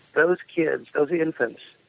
those kids, those infants,